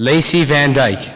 lacey van dyke